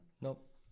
Nope